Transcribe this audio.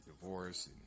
divorce